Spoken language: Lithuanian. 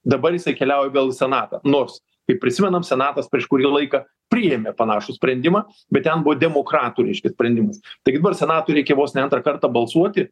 dabar jisai keliauja vėl į senatą nors kaip prisimenam senatas prieš kurį laiką priėmė panašų sprendimą bet ten buvo demokratų reiškia sprendimas tai dabar senatui reikia vos ne antrą kartą balsuoti